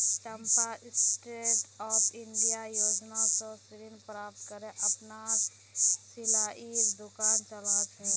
चंपा stand up India योजना स ऋण प्राप्त करे अपनार सिलाईर दुकान चला छ